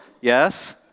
yes